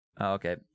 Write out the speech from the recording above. Okay